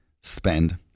spend